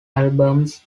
albums